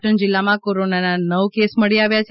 પાટણ જિલ્લામાં કોરોનાના નવા નવ કેસ મળી આવ્યા છે